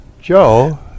Joe